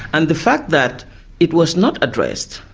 and the fact that it was not addressed,